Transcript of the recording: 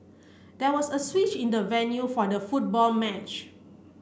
there was a switch in the venue for the football match